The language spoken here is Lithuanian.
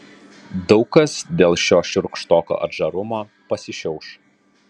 daug kas dėl šio šiurkštoko atžarumo pasišiauš